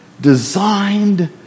designed